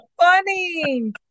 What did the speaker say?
funny